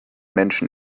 menschen